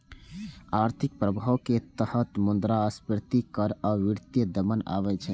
आर्थिक प्रभाव के तहत मुद्रास्फीति कर आ वित्तीय दमन आबै छै